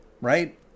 right